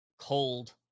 cold